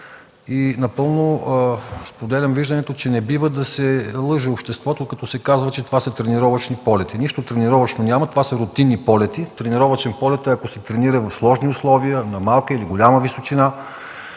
Напълно споделям виждането, че не бива да се лъже обществото, като се казва, че това са тренировъчни полети. Нищо тренировъчно няма. Това са рутинни полети. Тренировъчен полет е ако се тренира в сложни условия, на малка или голяма височина,